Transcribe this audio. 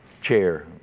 chair